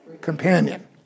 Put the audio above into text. Companion